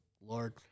Lord